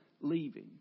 leaving